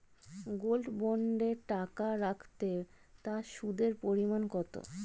Gold বন্ডে টাকা রাখলে তা সুদের পরিমাণ কত?